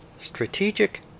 Strategic